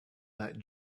that